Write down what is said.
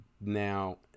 Now